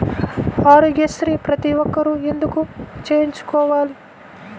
ఆరోగ్యశ్రీ ప్రతి ఒక్కరూ ఎందుకు చేయించుకోవాలి?